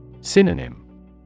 Synonym